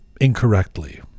incorrectly